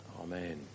Amen